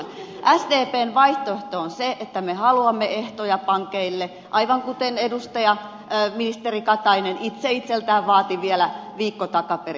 sdpn vaihtoehto on se että me haluamme ehtoja pankeille aivan kuten ministeri katainen itse itseltään vaati vielä viikko takaperin